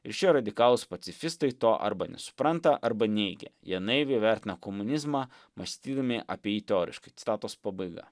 ir šie radikalūs pacifistai to arba nesupranta arba neigia jie naiviai vertina komunizmą mąstydami apie jį teoriškai citatos pabaiga